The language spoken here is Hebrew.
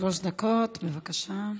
שלוש דקות, בבקשה.